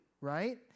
right